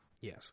Yes